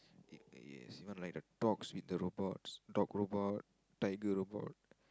y~ yes even like the dogs with the robots dog robot tiger robot